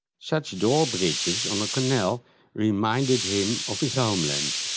such drawbridges on a canal reminded him of his homeland.